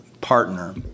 partner